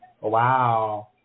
wow